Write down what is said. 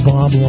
Bob